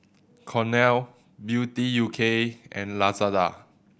Cornell Beauty U K and Lazada